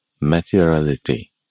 materiality